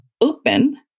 open